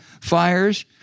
fires